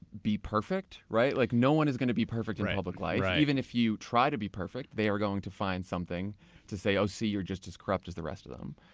be perfect? right? like no one is going to be perfect in public life. even if you try to be perfect, they are going to find something to say, oh, see you're just as corrupt as the rest of them.